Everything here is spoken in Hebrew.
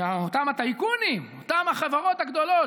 שאותם טייקונים, אותן חברות גדולות